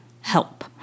help